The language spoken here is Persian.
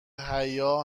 حیا